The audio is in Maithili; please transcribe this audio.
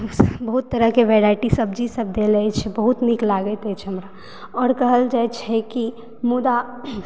बहुत तरहकेँ वेराइटी सब्जीसभ देल अछि बहुत नीक लागैत अछि हमरा आओर कहल जाइत छै कि मुदा